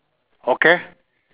okay